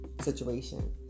situation